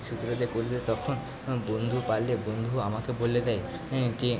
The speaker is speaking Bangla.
সূত্রটা দিয়ে করে দে তখন বন্ধু পারলে বন্ধু আমাকে বলে দেয় যে